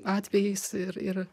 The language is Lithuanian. atvejais ir ir